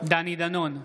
דני דנון,